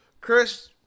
Chris